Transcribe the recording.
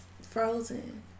frozen